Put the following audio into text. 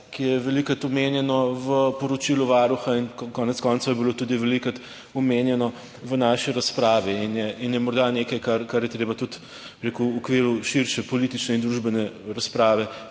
ki je velikokrat omenjeno v poročilu Varuha, in konec koncev je bilo tudi velikokrat omenjeno v naši razpravi in je morda nekaj, kar je treba tudi v okviru širše politične in družbene razprave